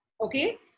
Okay